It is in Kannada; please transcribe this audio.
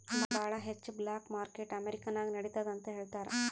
ಭಾಳ ಹೆಚ್ಚ ಬ್ಲ್ಯಾಕ್ ಮಾರ್ಕೆಟ್ ಅಮೆರಿಕಾ ನಾಗ್ ನಡಿತ್ತುದ್ ಅಂತ್ ಹೇಳ್ತಾರ್